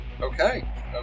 Okay